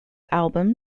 album